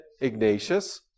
Ignatius